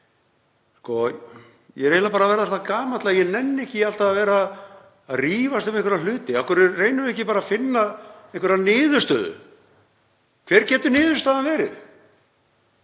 Ég er eiginlega bara að verða það gamall að ég nenni ekki alltaf að vera að rífast um einhverja hluti. Af hverju reynum við ekki bara að finna einhverja niðurstöðu? Hver getur niðurstaðan verið?